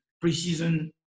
pre-season